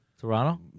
Toronto